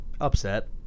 upset